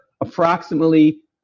approximately